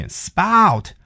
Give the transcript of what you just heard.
spout